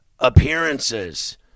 Appearances